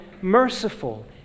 merciful